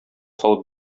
салып